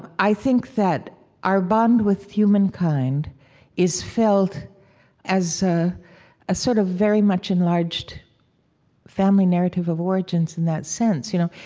i think that our bond with humankind is felt as ah a sort of very much enlarged family narrative of origins in that sense, you know.